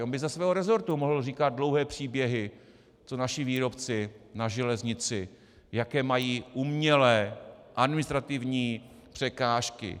On by ze svého resortu mohl říkat dlouhé příběhy, co naši výrobci na železnici, jaké mají umělé administrativní překážky.